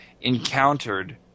encountered